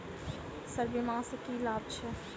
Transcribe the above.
Sir बीमा सँ की लाभ छैय?